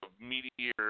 Meteor